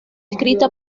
escrita